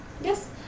yes